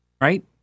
right